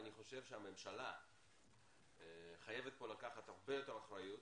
אני חושב שהממשלה חייבת פה לקחת הרבה יותר אחריות,